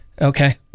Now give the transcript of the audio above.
Okay